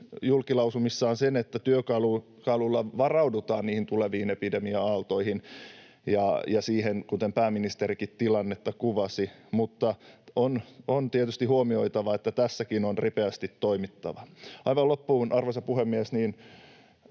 julkilausumissaan niin, että työkalulla varaudutaan niihin tuleviin epidemia-aaltoihin ja siihen, miten pääministerikin tilannetta kuvasi, mutta on tietysti huomioitava, että tässäkin on ripeästi toimittava. Aivan loppuun, arvoisa puhemies, on